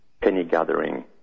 penny-gathering